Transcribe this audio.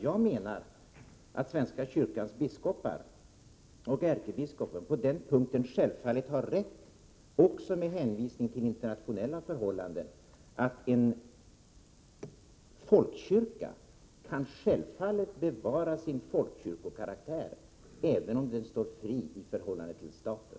Jag menar att svenska kyrkans biskopar och ärkebiskopen har rätt på den punkten, också med hänvisning till internationella förhållanden, dvs. att en folkkyrka självfallet kan bevara sin folkkyrkokaraktär även om den står fri i förhållande till staten.